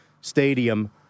stadium